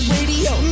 Radio